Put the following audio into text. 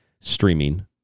streaming